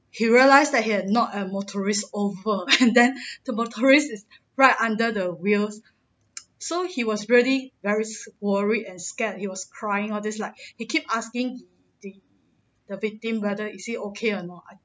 he realised that he had knock a motorist over and then the motorist is right under the wheels so he was really very worried and scared he was crying all this like he keep asking the the victim whether is he okay or not